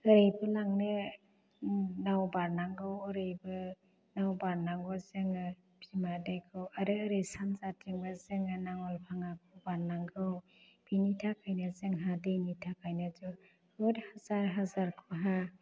ओरैबो लांनो नाव बारनांगौ ओरैबो नाव बारनांगौ जोङो बिमा दैखौ आरो ओरै सानजाथिंबो जोङो नांवलपाङा बादनांगौ बिनिथाखायनो जोंहा दैनि थाखायनो जोंं बुहुत हाजार हाजार खहा